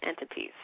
entities